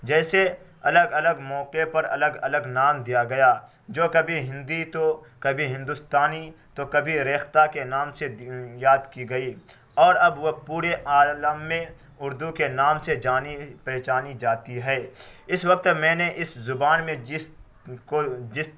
جیسے الگ الگ موقعے پر الگ الگ نام دیا گیا جو کبھی ہندی تو کبھی ہندوستانی تو کبھی ریختہ کے نام سے یاد کی گئی اور اب وہ پورے عالم میں اردو کے نام سے جانی پہچانی جاتی ہے اس وقت میں نے اس زبان میں جس کو جس